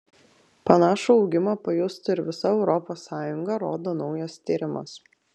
panašų augimą pajustų ir visa europos sąjunga rodo naujas tyrimas